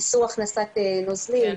איסור הכנסת נוזלים.